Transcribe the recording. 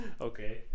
Okay